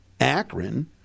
Akron